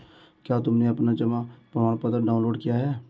क्या तुमने अपना जमा प्रमाणपत्र डाउनलोड किया है?